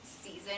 season